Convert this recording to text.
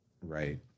Right